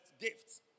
gifts